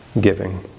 giving